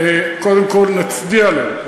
קודם כול נצדיע להם,